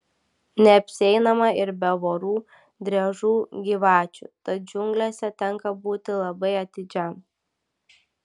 neapsieinama ir be vorų driežų gyvačių tad džiunglėse tenka būti labai atidžiam